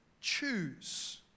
choose